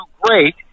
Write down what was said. great